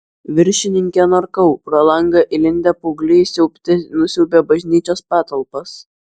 viršininke norkau pro langą įlindę paaugliai siaubte nusiaubė bažnyčios patalpas